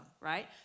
right